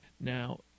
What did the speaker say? Now